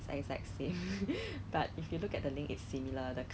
就是叫你很像老师叫你怎样煮食物那种 ah